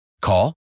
Call